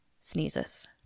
sneezes